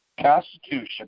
Constitution